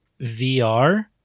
VR